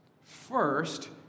First